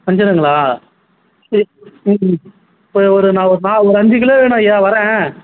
வஞ்சிரங்களா சேரி ம் ம் இப்போ ஒரு நான் ஒரு நான் ஒரு அஞ்சு கிலோ வேணும் ஐயா வரேன்